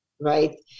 right